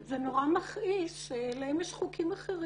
זה נורא מכעיס שלהם יש חוקים אחרים.